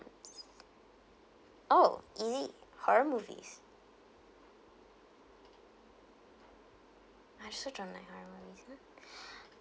~s oh is it horror movies I also don't like horror movies ah